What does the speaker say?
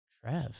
Trev